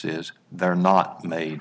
is they're not made